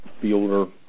Fielder